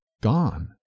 gone